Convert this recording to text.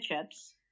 chips